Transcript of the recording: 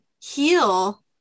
heal